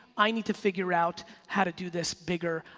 i need to figure out how to do this bigger.